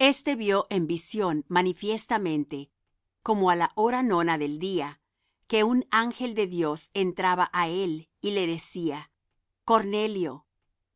este vió en visión manifiestamente como á la hora nona del día que un ángel de dios entraba á él y le decía cornelio